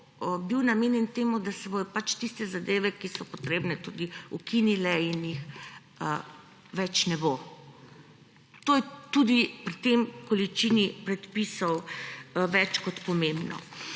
bistvu namenjen temu, da se bodo tiste zadeve, ki so potrebne, tudi ukinile in jih več ne bo. To je tudi pri tej količini predpisov več kot pomembno.